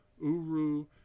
uru